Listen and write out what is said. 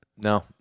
No